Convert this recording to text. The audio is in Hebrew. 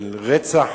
של רצח